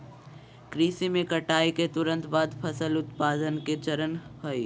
कृषि में कटाई के तुरंत बाद फसल उत्पादन के चरण हइ